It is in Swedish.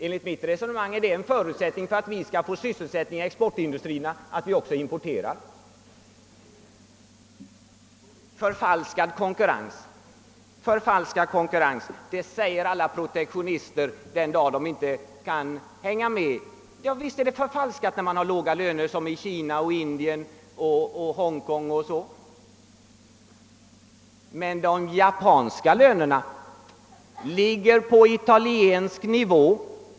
Enligt mitt resonemang är det en förutsättning för att vi skall få sysselsättning för våra exportindustrier, att vi också själva importerar. Herr Magnusson talar om förfalskad konkurrens. Ja, det gör alla protektionister den dag de inte kan hänga med. Och visst är det förfalskad konkurrens när lönerna är låga som fallet är i bl.a. Kina, Indien och Hongkong. Men de japanska lönerna ligger på italiensk nivå.